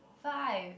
five